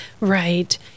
Right